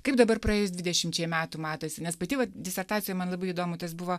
kaip dabar praėjus dvidešimčiai metų matosi nes pati disertacijoj man labai įdomu tas buvo